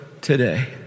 today